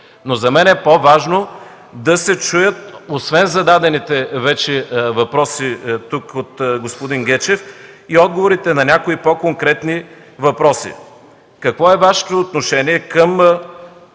Но за мен е по-важно да се чуят, освен на зададените вече въпроси от господин Гечев, и отговорите на някои по-конкретни въпроси: Какво е Вашето отношение към